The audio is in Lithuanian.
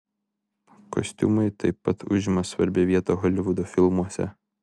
kostiumai taip pat užima svarbią vietą holivudo filmuose